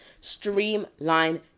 streamline